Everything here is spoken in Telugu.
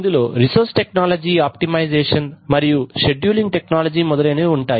ఇందులో రిసోర్స్ టెక్నాలజీ ఆప్టిమైజేషన్ మరియు షెడ్యూలింగ్ టెక్నాలజీ మొదలైనవి ఉంటాయి